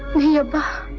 sahiba.